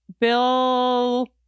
Bill